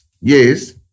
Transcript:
Yes